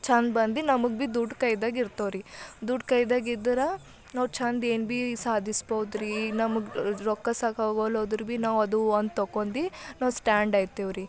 ಛಂದ್ ಬಂದು ನಮಗೆ ಬಿ ದುಡ್ಡು ಕೈದಾಗ ಇರ್ತವ್ರೀ ದುಡ್ಡು ಕೈದಾಗ ಇದ್ದರೆ ನಾವು ಛಂದ್ ಏನು ಬಿ ಸಾಧಿಸ್ಬೋದ್ರೀ ಈಗ ನಮಗೆ ರೊಕ್ಕ ಸಾಕಾಗ್ವಲೊದ್ರು ಬಿ ನಾವು ಅದು ಒಂದು ತೊಕೊಂದು ನಾವು ಸ್ಟ್ಯಾಂಡಾಯ್ತೇವ್ರಿ